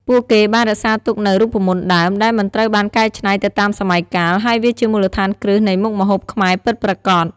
ពួកគេបានរក្សាទុកនូវ រូបមន្តដើម ដែលមិនត្រូវបានកែច្នៃទៅតាមសម័យកាល ហើយវាជាមូលដ្ឋានគ្រឹះនៃមុខម្ហូបខ្មែរពិតប្រាកដ។